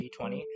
d20